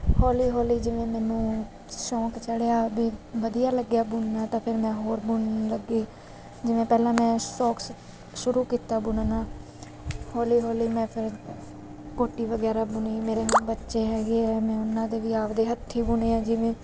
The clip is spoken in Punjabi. ਹੌਲੀ ਹੌਲੀ ਜਿਵੇਂ ਮੈਨੂੰ ਸ਼ੌਂਕ ਚੜਿਆ ਵੀ ਵਧੀਆ ਲੱਗਿਆ ਬੁਣਨਾ ਤਾਂ ਫਿਰ ਮੈਂ ਹੋਰ ਬੁਣਨ ਲੱਗੀ ਜਿਵੇਂ ਪਹਿਲਾਂ ਮੈਂ ਸੋਕਸ ਸ਼ੁਰੂ ਕੀਤਾ ਬੁਣਨਾ ਹੌਲੀ ਹੌਲੀ ਮੈਂ ਫਿਰ ਕੋਟੀ ਵਗੈਰਾ ਬੁਣੀ ਮੇਰੇ ਬੱਚੇ ਹੈਗੇ ਹੈ ਮੈਂ ਉਨ੍ਹਾਂ ਦੇ ਵੀ ਆਪਣੀ ਹੱਥੀਂ ਬੁਣੇ ਹੈ ਜਿਵੇਂ